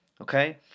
Okay